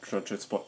for transport